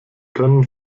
können